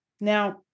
Now